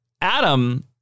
Adam